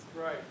Right